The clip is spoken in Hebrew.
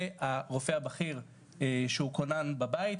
והרופא הבכיר שהוא כונן בבית,